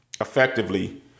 effectively